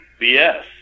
BS